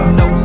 no